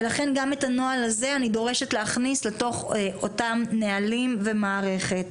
ולכן גם את הנוהל הזה אני דורשת להכניס לתוך אותם נהלים ומערכת.